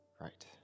Right